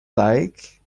like